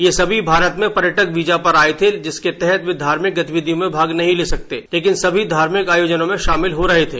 ये सभी भारत में पर्यटक वीजा पर आये थे जिसके तहत वे धार्मिक गतिविधियों में भाग नहीं ले सकते थे लेकिन सभी धार्मिक आयोजनों में शामिल हो रहे थे